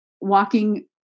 walking